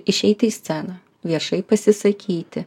išeiti į sceną viešai pasisakyti